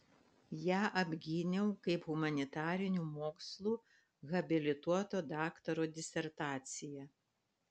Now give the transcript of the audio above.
ją apgyniau kaip humanitarinių mokslų habilituoto daktaro disertaciją